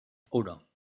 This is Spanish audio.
uno